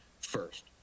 first